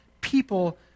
people